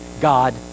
God